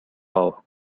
power